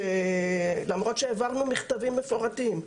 למרות שהעברנו מכתבים מפורטים.